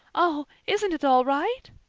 oh, isn't it all right?